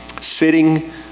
Sitting